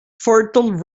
fertile